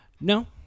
No